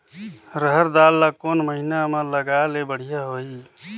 रहर दाल ला कोन महीना म लगाले बढ़िया होही?